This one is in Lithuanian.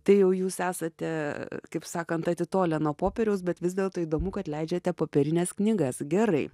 tai jau jūs esate kaip sakant atitolę nuo popieriaus bet vis dėlto įdomu kad leidžiate popierines knygas gerai